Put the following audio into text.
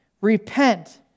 repent